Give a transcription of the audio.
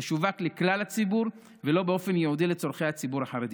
תשווק לכלל הציבור ולא באופן ייעודי לצורכי הציבור החרדי.